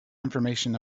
information